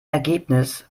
ergebnis